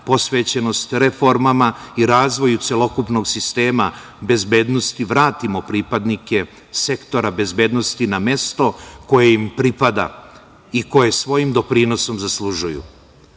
posvećenost reformama i razvoju celokupnog sistema bezbednosti vratimo pripadnike sektora bezbednosti na mesto koje im pripada i koje svojim doprinosom zaslužuju. Poslanička